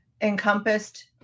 encompassed